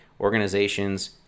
Organizations